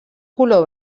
color